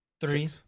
Three